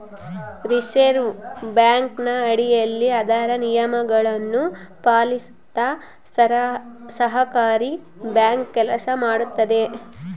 reserve ಬ್ಯಾಂಕಿನ ಅಡಿಯಲ್ಲಿ ಅದರ ನಿಯಮಗಳನ್ನು ಪಾಲಿಸುತ್ತ ಸಹಕಾರಿ ಬ್ಯಾಂಕ್ ಕೆಲಸ ಮಾಡುತ್ತದೆ